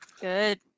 good